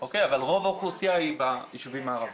אבל רוב האוכלוסייה היא ביישובים הערביים.